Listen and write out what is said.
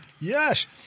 Yes